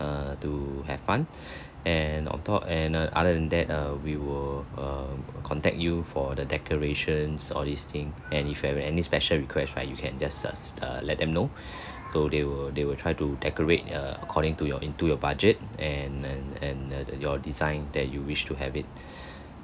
err to have fun and on top and err other than that err we will err contact you for the decorations all these thing and if you have any special request right you can just uh uh let them know so they will they will try to decorate err according to your into your budget and and and and your design that you wish to have it